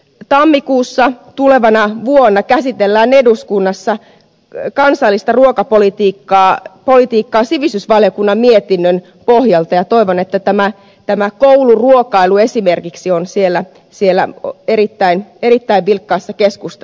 tammikuussa tulevana vuonna käsitellään eduskunnassa kansallista ruokapolitiikkaa sivistysvaliokunnan mietinnön pohjalta ja toivon että tämä kouluruokailu esimerkiksi on siellä erittäin vilkkaassa keskustelussa